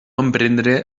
emprendre